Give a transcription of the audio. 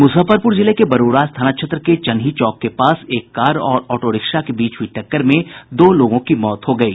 मुजफ्फरपुर जिले के बरूराज थाना क्षेत्र के चन्ही चौक के पास एक कार और ऑटो रिक्शा के बीच हुई टक्कर में दो लोगों की मौत हो गयी